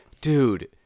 dude